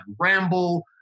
ramble